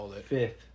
fifth